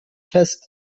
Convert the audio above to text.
fest